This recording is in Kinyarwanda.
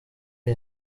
iri